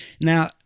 Now